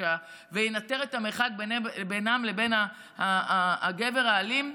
וינטר את המרחק בינן לבין הגבר האלים,